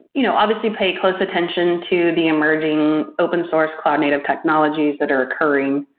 you know obviously pay close attention to the emerging open source cloud native technologies that are occurring.